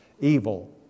evil